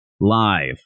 live